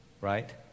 Right